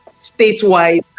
statewide